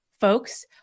folks